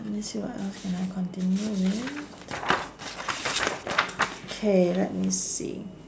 let me see what else can I continue with K let me see